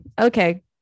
okay